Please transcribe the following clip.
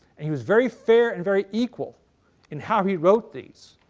and he was very fair and very equal in how he wrote these.